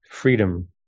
freedom